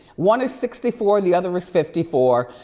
one is sixty four and the other is fifty four,